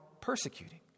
persecuting